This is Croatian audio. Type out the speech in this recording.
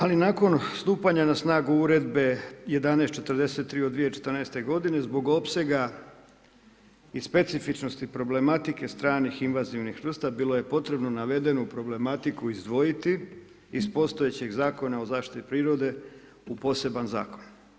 Ali nakon stupanja na snagu Uredbe 1143 od 2014. godine zbog opsega i specifičnosti problematike stranih invazivnih vrsta bilo je potrebno navedenu problematiku izdvojiti iz postojećeg Zakona o zaštiti prirode u poseban zakon.